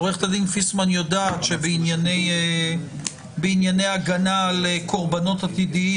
עורכת הדין פיסמן יודעת שבענייני הגנה על קורבנות עתידיים